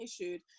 issued